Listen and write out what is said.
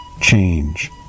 change